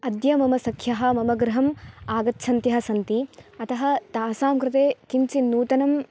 अद्य मम सख्यः मम गृहम् आगच्छन्त्यः सन्ति अतः तासाम् कृते किञ्चिन्नूतनं